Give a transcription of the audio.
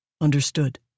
Understood